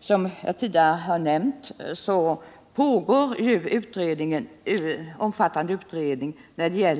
Som jag tidigare nämnt pågår ju en omfattande utredning om studiestödet.